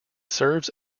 serves